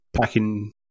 packing